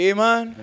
Amen